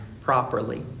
properly